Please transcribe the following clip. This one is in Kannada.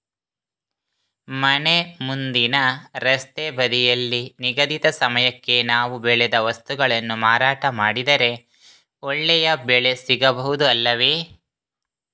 ಮನೆ ಮುಂದಿನ ರಸ್ತೆ ಬದಿಯಲ್ಲಿ ನಿಗದಿತ ಸಮಯಕ್ಕೆ ನಾವು ಬೆಳೆದ ವಸ್ತುಗಳನ್ನು ಮಾರಾಟ ಮಾಡಿದರೆ ಒಳ್ಳೆಯ ಬೆಲೆ ಸಿಗಬಹುದು ಅಲ್ಲವೇ?